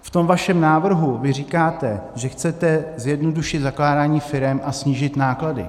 V tom vašem návrhu vy říkáte, že chcete zjednodušit zakládání firem a snížit náklady.